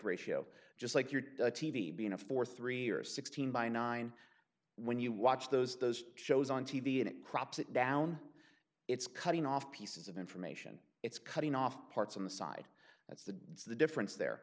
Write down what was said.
ratio just like your t v being a four three or sixteen by nine when you watch those those shows on t v and it crops it down it's cutting off pieces of information it's cutting off parts on the side the difference there